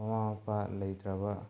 ꯃꯃꯥ ꯃꯄꯥ ꯂꯩꯇ꯭ꯔꯕ